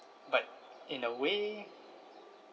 but in a way